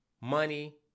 money